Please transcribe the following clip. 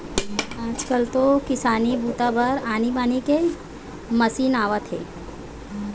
आजकाल तो किसानी बूता बर आनी बानी के मसीन आवत हे